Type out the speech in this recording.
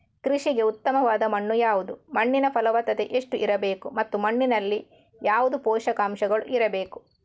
ಕೃಷಿಗೆ ಉತ್ತಮವಾದ ಮಣ್ಣು ಯಾವುದು, ಮಣ್ಣಿನ ಫಲವತ್ತತೆ ಎಷ್ಟು ಇರಬೇಕು ಮತ್ತು ಮಣ್ಣಿನಲ್ಲಿ ಯಾವುದು ಪೋಷಕಾಂಶಗಳು ಇರಬೇಕು?